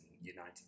United